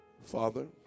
Father